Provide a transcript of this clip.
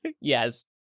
Yes